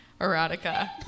erotica